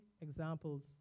examples